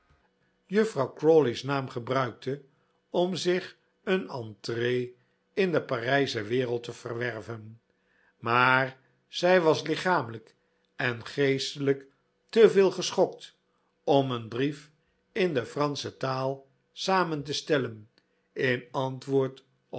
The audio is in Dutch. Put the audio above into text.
juffrouw crawley's naam gebruikte om zich een entree in de parijsche wereld te verwerven maar zij was lichamelijk en geestelijk te veel geschokt om een brief in de fransche taal samen te stellen in antwoord